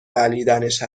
بلعیدنش